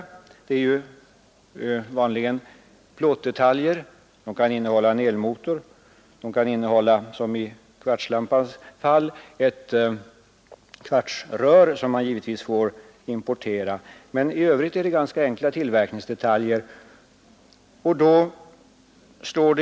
Vanligen är det i huvudsak fråga om plåtdetaljer. Aggregaten kan innehålla en elmotor, och i kvartslampans fall måste kvartsröret importeras, men i Övrigt är det ganska enkla detaljer.